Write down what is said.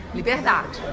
liberdade